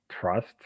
trust